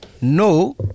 no